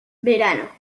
verano